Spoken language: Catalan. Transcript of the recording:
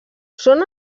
són